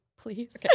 Please